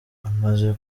amaze